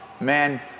man